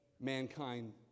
mankind